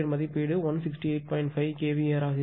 5 kVAr ஆக இருக்கும்